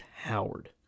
Howard